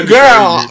Girl